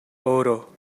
өөрөө